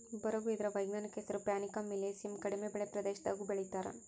ಬರುಗು ಇದರ ವೈಜ್ಞಾನಿಕ ಹೆಸರು ಪ್ಯಾನಿಕಮ್ ಮಿಲಿಯೇಸಿಯಮ್ ಕಡಿಮೆ ಮಳೆ ಪ್ರದೇಶದಾಗೂ ಬೆಳೀತಾರ